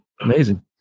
Amazing